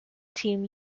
team